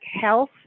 health